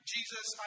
Jesus